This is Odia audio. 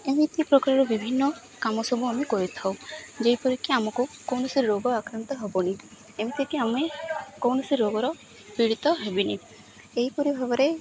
ଏମିତି ପ୍ରକାରର ବିଭିନ୍ନ କାମ ସବୁ ଆମେ କରିଥାଉ ଯେପରିକି ଆମକୁ କୌଣସି ରୋଗ ଆକ୍ରାନ୍ତ ହେବନି ଏମିତିକି ଆମେ କୌଣସି ରୋଗର ପୀଡ଼ିତ ହେବାନି ଏହିପରି ଭାବରେ